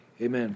amen